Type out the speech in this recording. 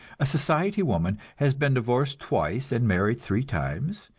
a society woman has been divorced twice and married three times,